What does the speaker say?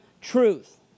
truth